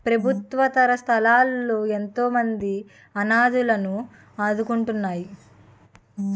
ప్రభుత్వేతర సంస్థలు ఎంతోమంది అనాధలను ఆదుకుంటున్నాయి